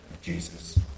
Jesus